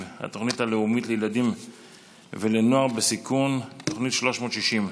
התוכנית הלאומית לילדים ולנוער בסיכון (תוכנית 360)